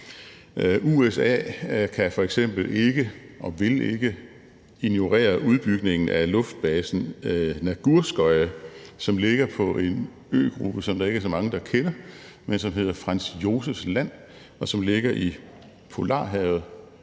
USA kan f.eks. ikke og vil ikke ignorere udbygningen af luftbasen Nagurskoye, som ligger på en øgruppe, som der ikke er så mange der kender, men som hedder Franz Josef Land, og som ligger i Polarhavet